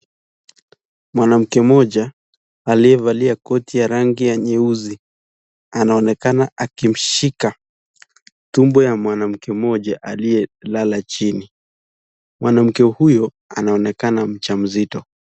Mwanamke mmoja aliyevalia koti ya rangi nyeusi anaonekana akimshika tumbo ya mwanamke mmoja aliyelala chini. Mwanamke huyo anaonekana mja mzito.